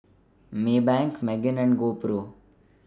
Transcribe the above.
Maybank Megan and GoPro